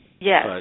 Yes